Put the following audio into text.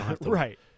Right